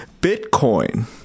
Bitcoin